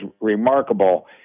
remarkable